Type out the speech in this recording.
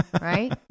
Right